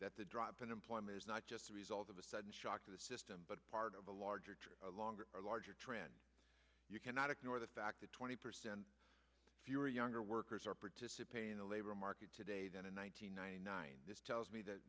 that the drop in employment is not just a result of a sudden shock to the system but part of a larger a longer or larger trend you cannot ignore the fact that twenty percent fewer younger workers are participating in the labor market today than in one thousand nine hundred nine this tells me that